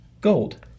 gold